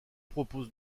propose